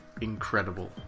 incredible